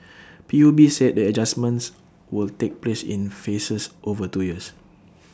P U B said the adjustments will take place in phases over two years